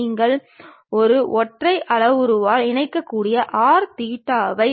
செங்கோணங்கள் அனைத்தும் விரிகோணம் போன்று தோன்றும்